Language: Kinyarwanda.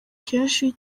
kenshi